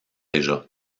déjà